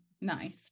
nice